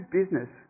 business